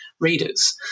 Readers